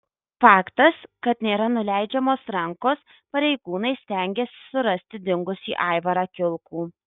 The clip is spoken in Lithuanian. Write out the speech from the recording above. faktas kad nėra nuleidžiamos rankos pareigūnai stengiasi surasti dingusį aivarą kilkų